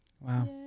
wow